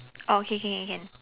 oh okay can can can